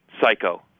Psycho